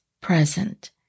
present